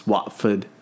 Watford